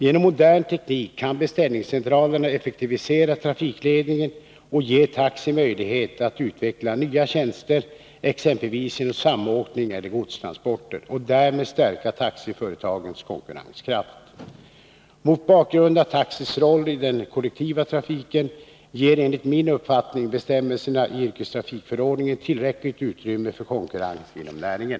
Genom modern teknik kan beställningscentralerna effektivisera trafikledningen och ge taxi möjlighet att utveckla nya tjänster, exempelvis genom samåkning eller godstransporter, och därmed stärka taxiföretagens konkurrenskraft. Mot bakgrund av taxis roll i den kollektiva trafiken ger enligt min uppfattning bestämmelserna i yrkestrafikförordningen tillräckligt utrymme för konkurrens inom näringen.